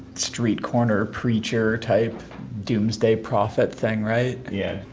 street corner preacher-type doomsday prophet thing, right? yeah.